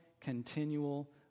continual